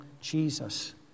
Jesus